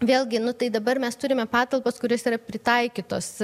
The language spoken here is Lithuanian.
vėlgi nu tai dabar mes turime patalpas kurios yra pritaikytos